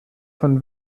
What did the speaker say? von